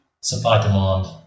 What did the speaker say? supply-demand